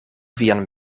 vian